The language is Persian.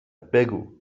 بگو